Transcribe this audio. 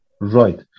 Right